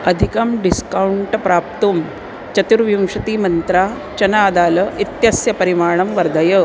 अधिकं डिस्कौण्ट् प्राप्तुं चतुर्विंशतिमन्त्रा चनादाल इत्यस्य परिमाणं वर्धय